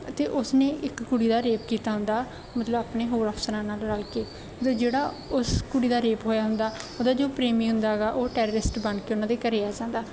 ਅਤੇ ਉਸਨੇ ਇੱਕ ਕੁੜੀ ਦਾ ਰੇਪ ਕੀਤਾ ਹੁੰਦਾ ਮਤਲਬ ਆਪਣੇ ਹੋਰ ਅਫਸਰਾਂ ਨਾਲ ਰਲ ਕੇ ਅਤੇ ਜਿਹੜਾ ਉਸ ਕੁੜੀ ਦਾ ਰੇਪ ਹੋਇਆ ਹੁੰਦਾ ਉਹਦਾ ਜੋ ਪ੍ਰੇਮੀ ਹੁੰਦਾ ਗਾ ਉਹ ਟੈਰਰਿਸਟ ਬਣ ਕੇ ਉਹਨਾਂ ਦੇ ਘਰੇ ਆ ਜਾਂਦਾ